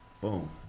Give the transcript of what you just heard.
Boom